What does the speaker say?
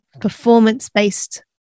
performance-based